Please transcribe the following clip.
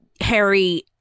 harry